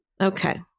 Okay